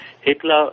Hitler